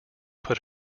put